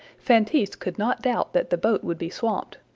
feintise could not doubt that the boat would be swamped,